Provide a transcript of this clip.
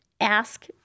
ask